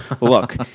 look